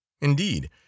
Indeed